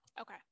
Okay